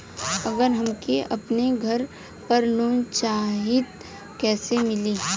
अगर हमके अपने घर पर लोंन चाहीत कईसे मिली?